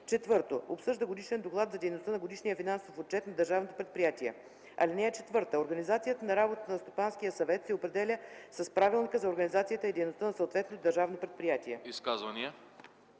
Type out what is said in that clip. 4. обсъжда годишния доклад за дейността и годишния финансов отчет на държавното предприятие. (4) Организацията на работата на Стопанския съвет се определя с правилника за организацията и дейността на съответното държавно предприятие.”